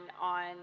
on